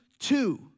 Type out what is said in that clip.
Two